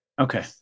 Okay